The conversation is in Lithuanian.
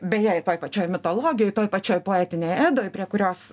beje ir toj pačioj mitologijoj toj pačioj poetinėj edoj prie kurios